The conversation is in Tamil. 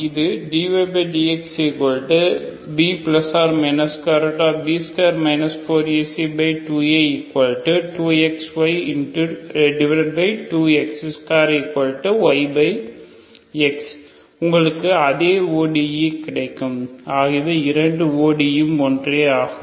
இது dydxB±B2 4AC2A2xy2x2yx உங்களுக்கு அதே ODE கிடைக்கும் ஆகவே இரண்டு ODE யும் ஒன்றாகும்